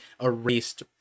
erased